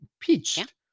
pitched